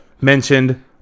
Mentioned